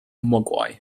mogwai